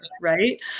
right